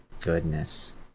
goodness